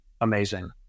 amazing